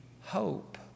hope